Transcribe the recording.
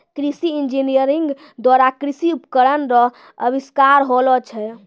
कृषि इंजीनियरिंग द्वारा कृषि उपकरण रो अविष्कार होलो छै